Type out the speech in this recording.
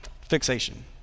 fixation